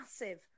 massive